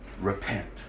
Repent